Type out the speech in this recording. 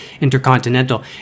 intercontinental